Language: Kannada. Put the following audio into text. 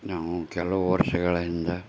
ನಾವು ಕೆಲವು ವರ್ಷಗಳ ಹಿಂದೆ